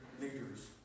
leaders